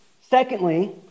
Secondly